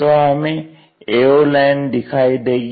तो हमें ao line दिखाई देगी